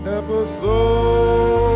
episode